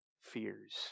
fears